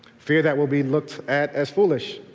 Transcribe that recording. fear that we'll be looked at as foolish.